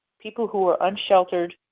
people who are unsheltered,